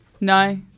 No